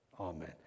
amen